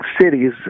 cities